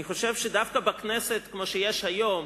אני חושב שדווקא כנסת כמו שיש היום,